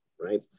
right